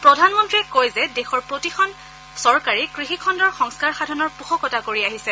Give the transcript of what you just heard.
প্ৰধানমন্ত্ৰীয়ে কয় যে দেশৰ প্ৰতিখন চৰকাৰেই কৃষি খণ্ডৰ সংস্কাৰ সাধনৰ পোষকতা কৰি আহিছে